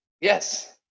Yes